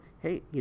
hey